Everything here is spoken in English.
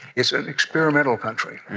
it's an experimental country.